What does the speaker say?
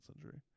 century